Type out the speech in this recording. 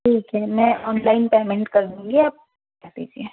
ठीक है मैं ऑनलाइन पेमेंट कर दूँगी आप भिजा दीजिए